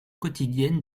quotidienne